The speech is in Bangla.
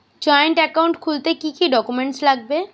জয়েন্ট একাউন্ট খুলতে কি কি ডকুমেন্টস লাগবে?